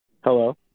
Hello